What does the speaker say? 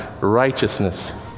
righteousness